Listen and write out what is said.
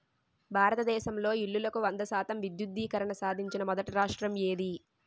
భారతదేశంలో ఇల్లులకు వంద శాతం విద్యుద్దీకరణ సాధించిన మొదటి రాష్ట్రం ఏది?